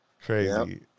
Crazy